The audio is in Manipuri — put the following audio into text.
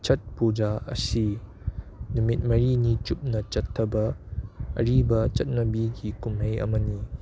ꯆꯠ ꯄꯨꯖꯥ ꯑꯁꯤ ꯅꯨꯃꯤꯠ ꯃꯔꯤꯅꯤ ꯆꯨꯞꯅ ꯆꯠꯊꯕ ꯑꯔꯤꯕ ꯆꯠꯅꯕꯤꯒꯤ ꯀꯨꯝꯍꯩ ꯑꯃꯅꯤ